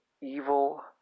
evil